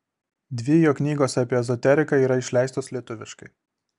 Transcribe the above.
dvi jo knygos apie ezoteriką yra išleistos lietuviškai